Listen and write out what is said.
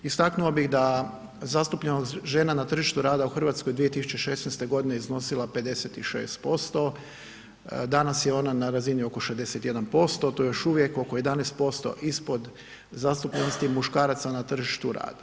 Istaknuo bih da zastupljenost žena na tržištu rada u Hrvatskoj 2016.-te godine iznosila 56%, danas je ona na razini oko 61%, to je još uvijek oko 11% ispod zastupljenosti muškaraca na tržištu rada.